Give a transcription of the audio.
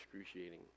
excruciating